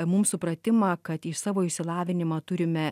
mum supratimą kad į savo išsilavinimą turime